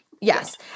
Yes